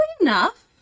enough